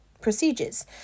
procedures